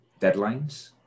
deadlines